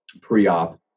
pre-op